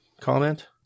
Comment